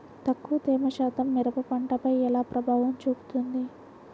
తక్కువ తేమ శాతం మిరప పంటపై ఎలా ప్రభావం చూపిస్తుంది?